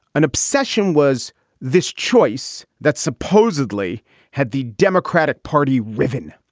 an obsession was this choice that supposedly had the democratic party riven.